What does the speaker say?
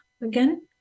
again